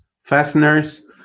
fasteners